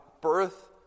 birth